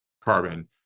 carbon